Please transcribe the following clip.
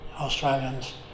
Australians